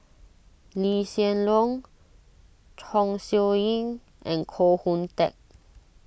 Lee Hsien Loong Chong Siew Ying and Koh Hoon Teck